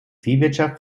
viehwirtschaft